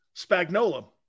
Spagnola